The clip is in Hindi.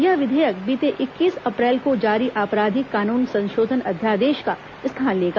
यह विधेयक बीते इक्कीस अप्रैल को जारी आपराधिक कानून संशोधन अध्यादेश का स्थान लेगा